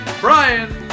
Brian